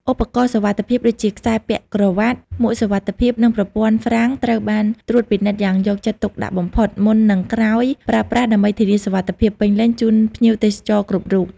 ឧបករណ៍សុវត្ថិភាពដូចជាខ្សែពាក់ក្រវ៉ាត់ មួកសុវត្ថិភាព និងប្រព័ន្ធហ្វ្រាំងត្រូវបានត្រួតពិនិត្យយ៉ាងយកចិត្តទុកដាក់បំផុតមុន និងក្រោយប្រើប្រាស់ដើម្បីធានាសុវត្ថិភាពពេញលេញជូនភ្ញៀវទេសចរគ្រប់រូប។